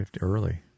early